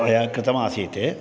मया कृतमासीत्